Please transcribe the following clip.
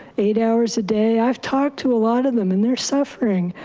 eight hours a day. i've talked to a lot of them and they're suffering.